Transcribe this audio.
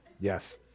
Yes